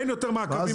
ואין יותר מעקבים.